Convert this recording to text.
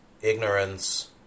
ignorance